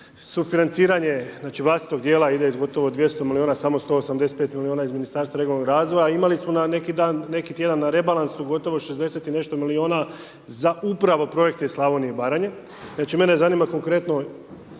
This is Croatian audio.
sufinanciranje, znači vlastitog dijela ide iz gotovo 200 milijuna, samo 185 milijuna iz Ministarstva regionalnog razvoja a imali su neki dan, neki tjedan na rebalansu gotovo 60 i nešto milijuna za upravo projekt Slavonija i Baranja. Znači mene zanima konkretno